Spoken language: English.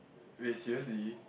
wait seriously